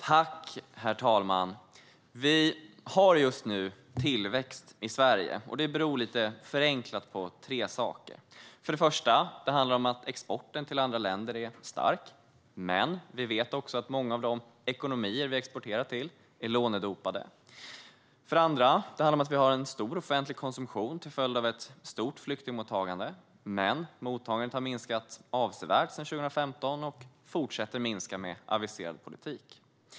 Herr talman! Vi har just nu tillväxt i Sverige, och det beror lite förenklat på tre saker. För det första är exporten till andra länder stark. Vi vet dock att många av de ekonomier vi exporterar till är lånedopade. För det andra har vi en stor offentlig konsumtion till följd av ett stort flyktingmottagande. Mottagandet har dock minskat avsevärt sedan 2015 och fortsätter att minska med aviserad politik.